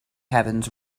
heavens